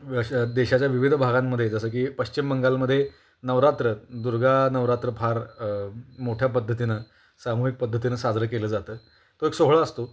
अशा देशाच्या विविध भागांमध्ये जसं की पश्चिम बंगालमधे नवरात्र दुर्गा नवरात्र फार मोठ्या पद्धतीनं सामूहिक पद्धतीनं साजरं केलं जातं तो एक सोहळा असतो